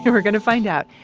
and we're gonna find out,